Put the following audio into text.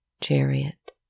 chariot